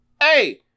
hey